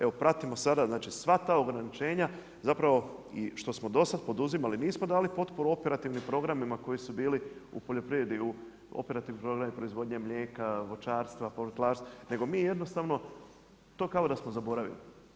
Evo pratimo sada, znači sva ta ograničenja zapravo i što smo do sada poduzimali, nismo dali potporu operativnim programima koji su bili u poljoprivredi, operativni programima proizvodnje mlijeka, voćarstva, povrtlarstva nego mi jednostavno to kao da smo zaboravili.